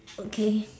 okay